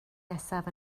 nesaf